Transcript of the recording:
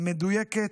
מדויקת,